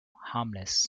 harmless